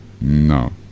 No